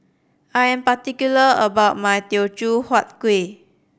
I am particular about my Teochew Huat Kueh